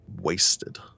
wasted